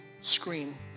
screen